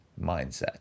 mindset